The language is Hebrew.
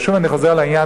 ושוב אני חוזר לעניין,